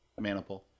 Manipul